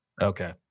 Okay